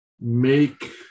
make